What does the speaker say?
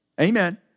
Amen